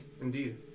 Indeed